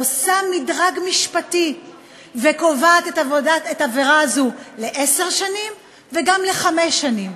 היא עושה מדרג משפטי וקובעת את העבירה הזו לעשר שנים וגם לחמש שנים,